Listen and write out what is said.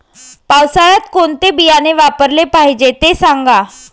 पावसाळ्यात कोणते बियाणे वापरले पाहिजे ते सांगा